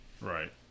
Right